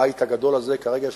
בבית הגדול הזה כרגע יש